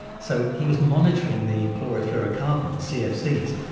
so he was monitoring the chlorofluorocarbons, the cfcs,